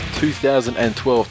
2012